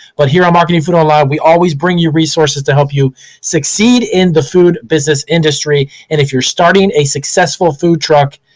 but here on marketing food online, we always bring you resources to help you succeed in the food business industry. and if you're starting a successful food truck,